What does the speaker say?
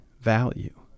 value